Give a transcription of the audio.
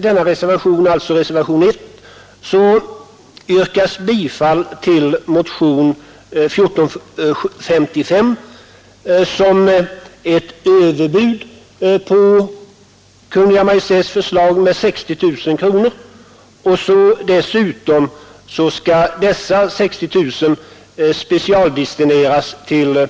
med 60 000 kronor på Kungl. Maj:ts förslag, och dessutom skall dessa 60 000 kronor specialdestineras till